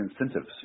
incentives